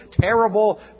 terrible